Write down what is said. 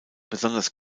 besonders